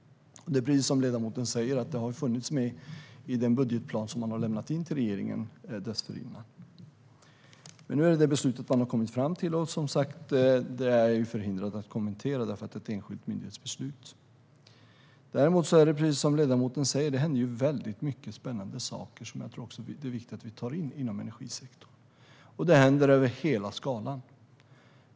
Precis som ledamoten sa har det funnits med i den budgetplan som man har lämnat till regeringen tidigare. Nu är det detta beslut man har kommit fram till, och jag är som sagt förhindrad att kommentera det eftersom det är ett enskilt myndighetsbeslut. Däremot är det, som ledamoten sa, många spännande saker som händer och som jag tror att det är viktigt att vi tar in inom energisektorn. Det händer över hela skalan.